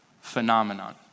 phenomenon